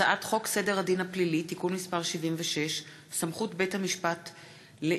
הצעת חוק סדר הדין הפלילי (תיקון מס' 76) (סמכות בית-המשפט לערעור),